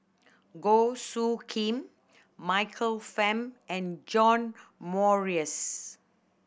Goh Soo Khim Michael Fam and John Morrice